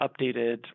updated